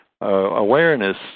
awareness